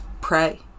pray